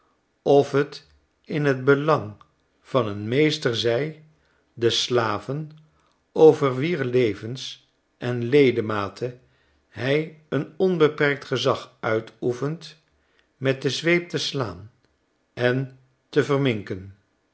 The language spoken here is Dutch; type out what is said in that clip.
of tin t belang van een meester zij de slaven over wier levens en ledematen nil een onbeperkt gezag uitoefent met de zweep te slaan en te verminken